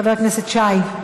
חבר הכנסת שי,